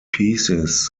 pieces